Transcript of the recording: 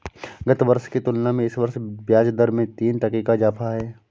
गत वर्ष की तुलना में इस वर्ष ब्याजदर में तीन टके का इजाफा है